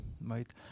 right